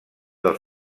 del